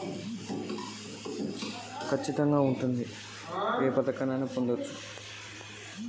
నేను చిన్న వ్యవసాయదారుడిని నాకు సామాజిక రంగానికి సంబంధించిన పథకాలు పొందే అవకాశం ఉందా?